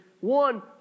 one